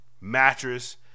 Mattress